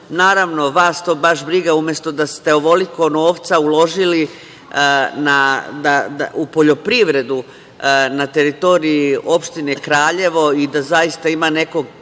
ostanu. Naravno, vas to baš briga, umesto da ste ovoliko novca uložili u poljoprivredu na teritoriji opštine Kraljevo i da zaista ima nekog